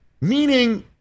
Meaning